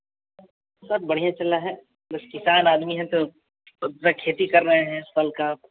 sir सब बढ़िया चल रहा है बस किसान आदमी है तो सर खेती कर रहे हैं फ़सल का